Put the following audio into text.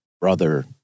brother